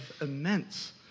immense